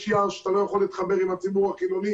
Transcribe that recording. יש יער שאתה לא יכול להתחבר עם הציבור החילוני,